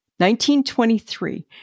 1923